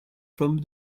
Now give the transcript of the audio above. from